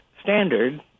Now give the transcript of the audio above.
standard